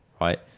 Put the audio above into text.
right